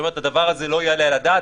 שאומרת הדבר הזה לא יעלה על הדעת.